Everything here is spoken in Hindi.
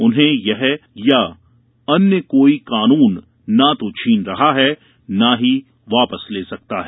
उन्हें यह या अन्य कोई कानून न तो छीन रहा है ना ही वापस ले सकता है